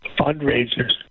fundraisers